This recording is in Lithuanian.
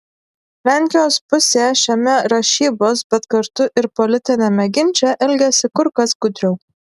lenkijos pusė šiame rašybos bet kartu ir politiniame ginče elgiasi kur kas gudriau